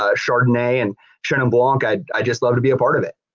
ah chardonnay, and chenin blanc, i'd just love to be a part of it.